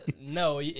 no